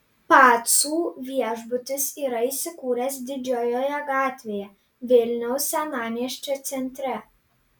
pacų viešbutis yra įsikūręs didžiojoje gatvėje vilniaus senamiesčio centre